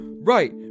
right